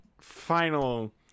final